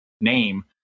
name